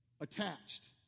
attached